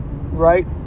Right